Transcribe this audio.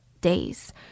days